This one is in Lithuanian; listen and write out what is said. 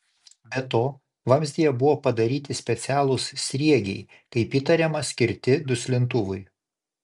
be to vamzdyje buvo padaryti specialūs sriegiai kaip įtariama skirti duslintuvui